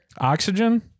Oxygen